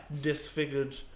disfigured